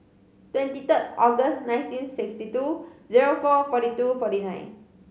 twenty third August nineteen sixty two zero four forty two forty nine